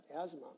asthma